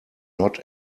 not